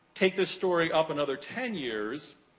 take this story up another ten years,